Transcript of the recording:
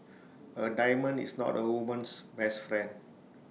A diamond is not A woman's best friend